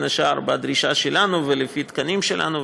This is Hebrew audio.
בין השאר בדרישה שלנו ולפי תקנים שלנו,